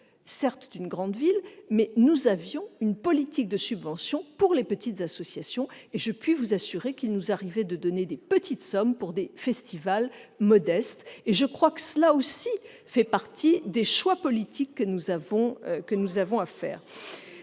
dans une grande ville, certes, mais nous avions une politique de subventions pour les petites associations, et je puis vous assurer qu'il nous arrivait de donner de petites sommes pour des festivals modestes. Cela aussi fait partie des choix politiques que nous avons à faire.